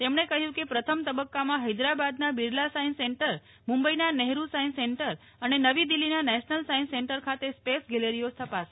તેમણે કહ્યું કેપ્રથમ તબક્કામાં હૈરદાબાદના બીરલા સાયન્સ સેન્ટરમુંબઈના નહેરૂ સાયન્સ સેન્ટર અને નવી દિલ્હીના નેશનલ સાયન્સ સેન્ટર ખાતે સ્પેસ ગેલરીઓ સ્થપાશે